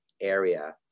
area